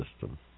system